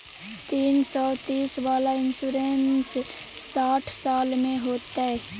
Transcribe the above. तीन सौ तीस वाला इन्सुरेंस साठ साल में होतै?